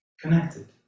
connected